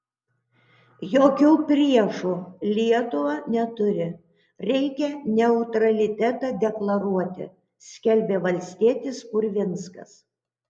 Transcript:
jokių priešų lietuva neturi reikia neutralitetą deklaruoti skelbė valstietis purvinskas